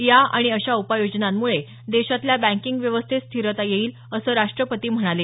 या आणि अशा उपाययोजनांमुळे देशातल्या बँकिंग व्यवस्थेत स्थिरता येईल असं राष्ट्रपती म्हणाले